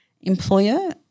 employer